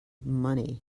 money